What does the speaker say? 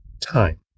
time